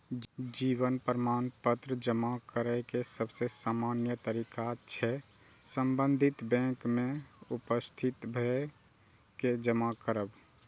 जीवन प्रमाण पत्र जमा करै के सबसे सामान्य तरीका छै संबंधित बैंक में उपस्थित भए के जमा करब